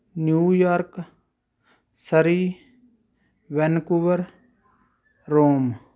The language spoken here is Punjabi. new York Surrey Vancouver Rome